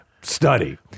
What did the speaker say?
Study